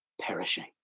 perishing